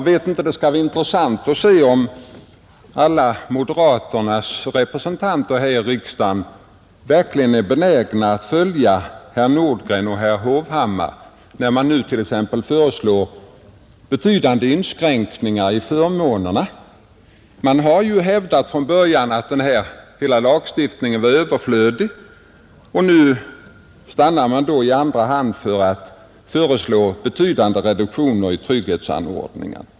Det skall bli intressant att se om moderata samlingspartiets samtliga representanter i riksdagen verkligen är benägna att följa herr Nordgren och herr Hovhammar när de exempelvis föreslår betydande inskränkningar i uppsägningstiderna. Herr Nordgren och herr Hovhammar har från början hävdat att hela den här lagstiftningen var överflödig, och nu stannar man i andra hand för att föreslå betydande reduktioner i trygghetsanordningarna.